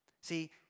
See